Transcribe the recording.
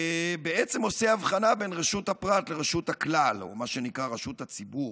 בעצם עושה הבחנה בין רשות הפרט לרשות הכלל או מה שנקרא רשות הציבור,